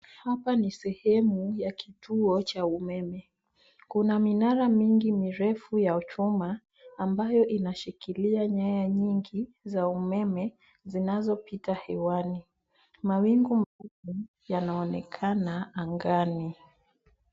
Hapa ni sehemu ya kituo cha umeme. Kuna minara mingi mirefu ya chuma ambayo inashikilia nyaya nyingi za umeme zinazopita hewani. Mawingu yanaonenakana angani.